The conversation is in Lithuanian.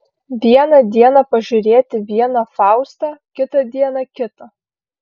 vieną dieną pažiūrėti vieną faustą kitą dieną kitą